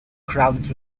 crowded